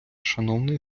шановний